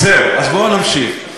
זהו, אז בואו נמשיך.